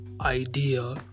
idea